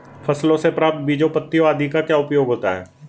फसलों से प्राप्त बीजों पत्तियों आदि का क्या उपयोग होता है?